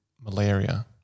malaria